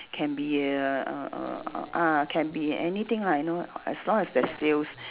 can be a err err uh ah can be anything lah you know as long as there's sales